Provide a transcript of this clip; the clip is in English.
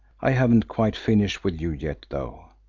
i haven't quite finished with you yet, though.